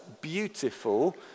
beautiful